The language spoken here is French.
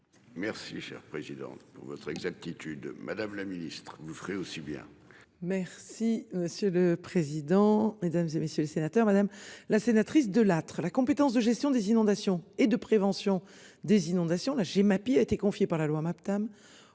Merci cher présidente pour votre exactitude Madame la Ministre vous ferez aussi bien. Merci monsieur le président, Mesdames, et messieurs les sénateurs, madame la sénatrice de Lattre la compétence de gestion des inondations et de prévention des inondations. La Gemapi a été confiée par la loi MAPTAM